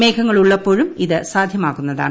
മേഘങ്ങൾ ഉള്ളപ്പോഴും ഇത് സാക്യിമാക്കുന്നതാണ്